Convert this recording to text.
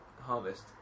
harvest